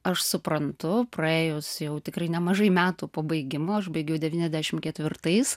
aš suprantu praėjus jau tikrai nemažai metų po baigimo aš baigiu devyniasdešim ketvirtais